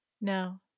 No